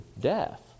death